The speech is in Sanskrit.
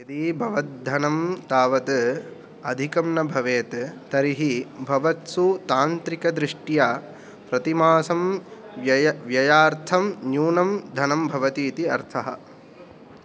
यदि भवद्धनं तावद् अधिकं न भवेत् तर्हि भवत्सु तान्त्रिकदृष्ट्या प्रतिमासं व्यव व्ययार्थं न्यूनं धनं भवति इति अर्थः